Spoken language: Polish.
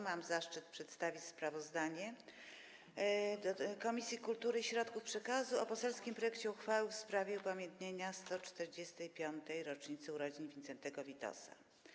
Mam zaszczyt przedstawić sprawozdanie Komisji Kultury i Środków Przekazu o poselskim projekcie uchwały w sprawie upamiętnienia 145. rocznicy urodzin Wincentego Witosa.